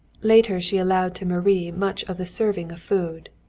later she allowed to marie much of the serving of food,